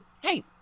hey